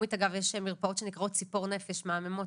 בלאומית אגב יש מרפאות שנקראות ציפור נפש, מהממות,